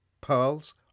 pearls